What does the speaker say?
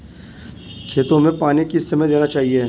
खेतों में पानी किस समय देना चाहिए?